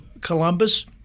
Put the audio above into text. Columbus